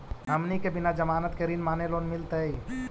हमनी के बिना जमानत के ऋण माने लोन मिलतई?